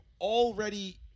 already